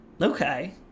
Okay